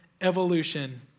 evolution